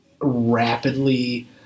rapidly